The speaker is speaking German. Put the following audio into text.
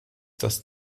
das